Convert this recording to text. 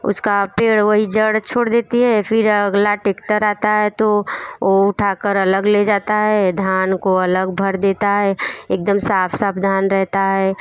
उसका पेड़ वही जड़ छोड़ देती है फिर अगला टेक्टर आता है तो वो उठा कर अलग ले जाता है धान को अलग भर देता है एक दम साफ़ साफ़ धान रहता है